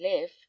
live